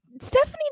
Stephanie